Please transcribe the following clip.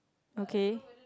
okay